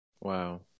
Wow